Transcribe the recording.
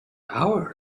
hour